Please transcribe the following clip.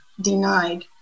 denied